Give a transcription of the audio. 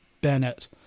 bennett